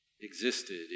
existed